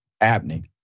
Abney